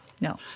no